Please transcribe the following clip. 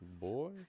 Boy